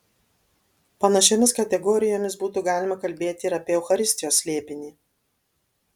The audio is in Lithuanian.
panašiomis kategorijomis būtų galima kalbėti ir apie eucharistijos slėpinį